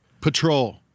Patrol